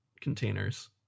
containers